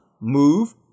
move